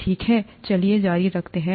ठीक है चलिए जारी रखते हैं